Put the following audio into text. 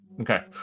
Okay